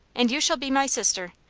and you shall be my sister.